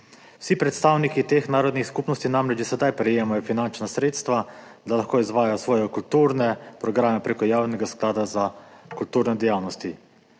Vsi predstavniki teh narodnih skupnosti namreč že sedaj prejemajo finančna sredstva, da lahko izvajajo svoje kulturne programe prek Javnega sklada za kulturne dejavnosti.